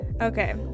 Okay